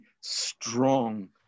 strong